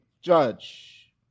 judge